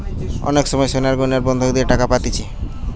অনেক সময় সোনার গয়না বন্ধক দিয়ে টাকা পাতিছে